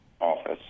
office